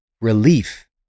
relief